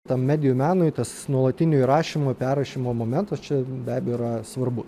tam medijų menui tas nuolatinio įrašymo i perrašymo momentas čia be abejo yra svarbus